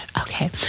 Okay